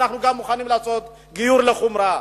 אנחנו גם מוכנים לעשות גיור לחומרה,